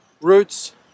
roots